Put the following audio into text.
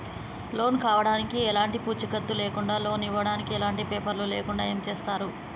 Loan కావడానికి ఎలాంటి పూచీకత్తు లేకుండా లోన్ ఇవ్వడానికి ఎలాంటి పేపర్లు లేకుండా ఏం చేస్తారు?